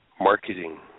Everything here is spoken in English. marketing